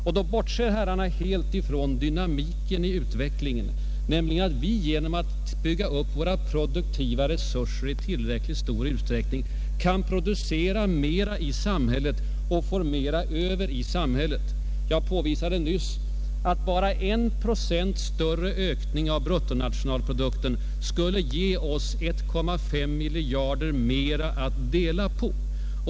Herrarna bortser helt från dynamiken i utvecklingen, nämligen att vi genom att bygga upp våra produktiva resurser i tillräckligt stor utsträckning kan producera mera och få mera över i samhället. Jag påvisade nyss att bara en procents större ökning av bruttonationalprodukten skulle ge oss 1,5 miljarder mera att dela på.